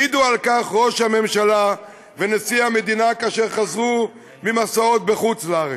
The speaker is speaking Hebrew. העידו על כך ראש הממשלה ונשיא המדינה כאשר חזרו ממסעות בחוץ-לארץ.